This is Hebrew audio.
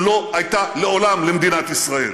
שלא הייתה מעולם למדינת ישראל.